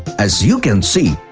as you can see,